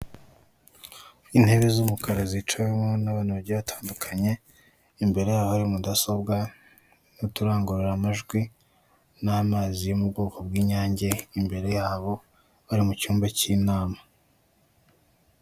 Intebe z'umukara, zicaweho n'abantu bagiye batandukanye, imbere yaho hari mudasobwa, n'uturangururamajwi, n'amazi yo mu bwoko bw'inyange imbere yabo, bari mu cyumba cy'inama.